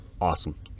Awesome